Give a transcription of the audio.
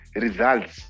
results